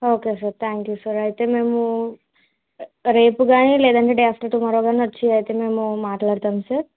okay sir thank you sir అయితే మేము రేపు గాని లేదంటే డే ఆఫ్టర్ టుమారో గాని వచ్చి అయితే మేము మాట్లాడతాం సార్